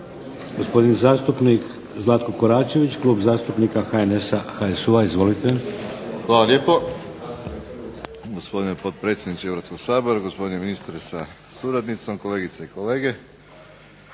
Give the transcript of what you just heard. Gospodin zastupnik Zlatko Koračević, Klub zastupnika HNS-a, HSU-a. Izvolite. **Koračević, Zlatko (HNS)** Hvala lijepo gospodine potpredsjedniče Hrvatskog sabora, gospodine ministre sa suradnicom, kolegice i kolege.